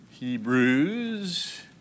Hebrews